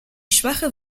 schwache